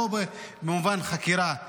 לא במובן של חקירה,